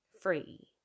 free